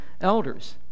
elders